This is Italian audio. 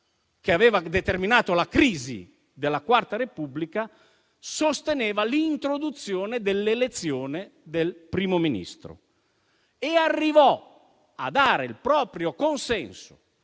che aveva determinato la crisi della Quarta Repubblica, sosteneva l'introduzione dell'elezione del Primo Ministro e arrivò a dare il proprio consenso